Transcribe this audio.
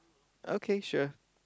okay sure